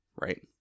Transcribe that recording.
right